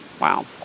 wow